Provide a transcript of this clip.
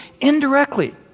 indirectly